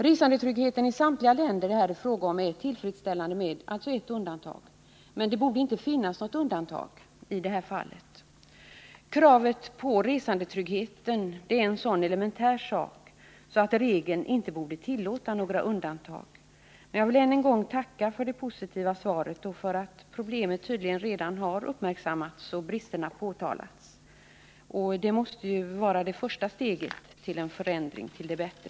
Resandetryggheten i samtliga de länder det här är fråga om är tillfredsställande med ett undantag. Men det borde inte finnas något undantag i det här fallet. Kravet på resandetrygghet är en så elementär sak att det inte borde tillåtas några undantag. Jag vill än en gång tacka för det positiva svaret och för att problemet tydligen redan har uppmärksammats och bristerna påtalats. Det måste vara det första steget till en förändring till det bättre.